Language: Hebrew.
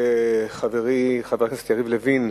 חברי חבר הכנסת יריב לוין,